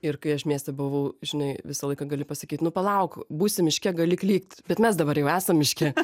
ir kai aš mieste buvau žinai visą laiką gali pasakyt nu palauk būsi miške gali klykt bet mes dabar jau esam miške